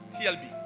TLB